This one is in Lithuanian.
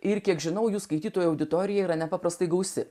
ir kiek žinau jų skaitytojų auditorija yra nepaprastai gausi